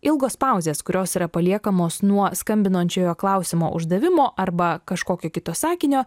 ilgos pauzės kurios yra paliekamos nuo skambinančiojo klausimo uždavimo arba kažkokio kito sakinio